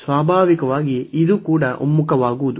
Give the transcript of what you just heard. ಸ್ವಾಭಾವಿಕವಾಗಿ ಇದು ಕೂಡ ಒಮ್ಮುಖವಾಗುವುದು